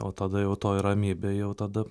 o tada jau toj ramybėj jau tada